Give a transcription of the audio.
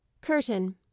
curtain